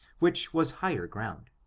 which was higher ground.